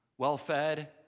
well-fed